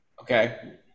okay